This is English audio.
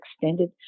extended